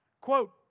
Quote